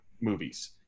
movies